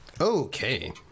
Okay